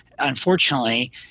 Unfortunately